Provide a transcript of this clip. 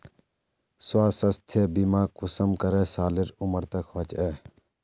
स्वास्थ्य बीमा कुंसम करे सालेर उमर तक होचए?